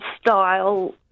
style